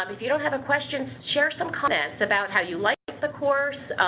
um if you don't have a question, share some comments about how you like the course.